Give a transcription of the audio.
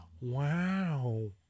Wow